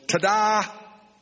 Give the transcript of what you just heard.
ta-da